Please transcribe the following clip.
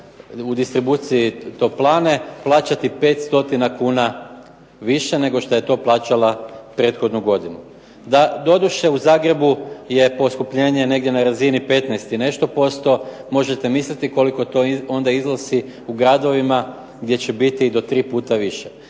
u distribuciji toplane, plaćati 5 stotina kuna više nego što je to plaćala prethodnu godinu. Da doduše u Zagrebu je poskupljenje negdje na razini 15 i nešto posto, možete misliti koliko to onda iznosi u gradovima gdje će biti i do tri puta više.